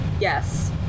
Yes